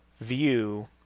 view